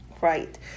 Right